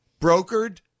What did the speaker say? Brokered